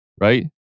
Right